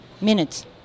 minutes